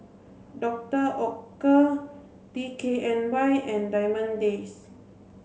Doctor Oetker D K N Y and Diamond Days